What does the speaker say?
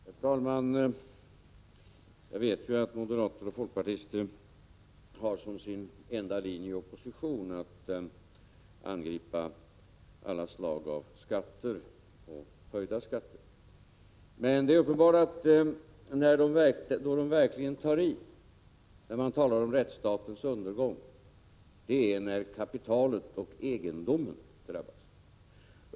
Herr talman! Jag vet ju att moderater och folkpartister har som sin enda linje i opposition att angripa alla slag av skatter — och höjda skatter. Men det är uppenbart att då de verkligen tar i, då de talar om rättsstatens undergång, det är när kapitalet och egendomen drabbas.